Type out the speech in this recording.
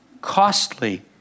costly